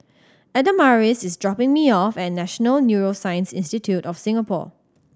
Adamaris is dropping me off at National Neuroscience Institute of Singapore